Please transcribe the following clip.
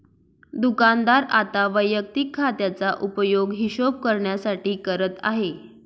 दुकानदार आता वैयक्तिक खात्याचा उपयोग हिशोब करण्यासाठी करत आहे